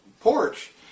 porch